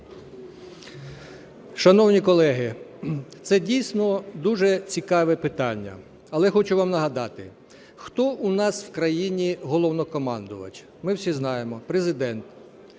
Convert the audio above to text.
Шановні колеги, це дійсно дуже цікаве питання, але хочу вам нагадати, хто у нас в країні Головнокомандувач. Ми всі знаємо – Президент.